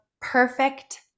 perfect